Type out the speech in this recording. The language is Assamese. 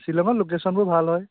শ্বিলঙত লোকেচনবোৰ ভাল হয়